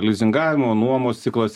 lizingavimo nuomos ciklas